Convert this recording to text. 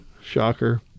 shocker